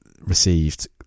received